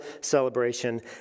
celebration